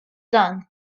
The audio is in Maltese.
dan